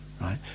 right